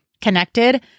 connected